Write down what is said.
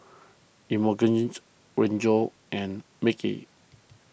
Emogenes Geno and Micky